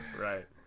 Right